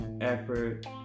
effort